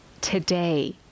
today